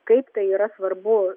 kaip tai yra svarbu